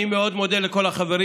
אני מאוד מודה לכל החברים.